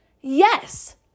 yes